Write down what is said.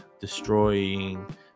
destroying